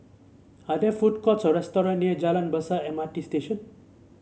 are there food courts or restaurants near Jalan Besar M R T Station